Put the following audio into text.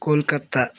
Kolkata